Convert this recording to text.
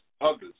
others